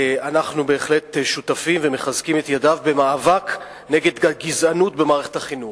אנחנו בהחלט שותפים ומחזקים את ידיו במאבק נגד גזענות במערכת החינוך.